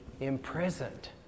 imprisoned